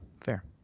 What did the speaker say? Fair